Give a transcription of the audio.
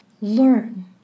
learn